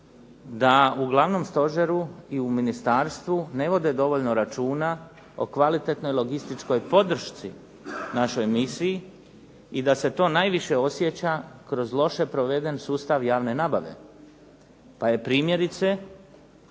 da u Glavnom stožeru i u ministarstvu ne vode dovoljno računa o kvalitetnoj logističkoj podršci našoj misiji i da se to najviše osjeća kroz loše proveden sustav javne nabave. Pa je primjerice